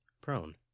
prone